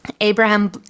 Abraham